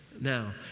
Now